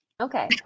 Okay